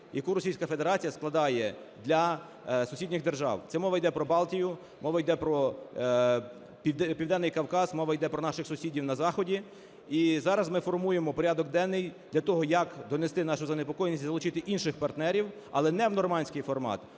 яку Російська Федерація складає для сусідніх держав. Це мова йде про Балтію, мова йде про Південний Кавказ, мова йде про наших сусідів на заході. І зараз ми формуємо порядок денний для того, як донести нашу занепокоєність і залучити інших партнерів, але не в "нормандський формат",